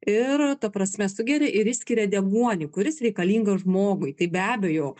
ir ta prasme sugeria ir išskiria deguonį kuris reikalingas žmogui tai be abejo